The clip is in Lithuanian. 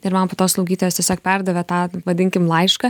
ir man po to slaugytojos tiesiog perdavė tą vadinkim laišką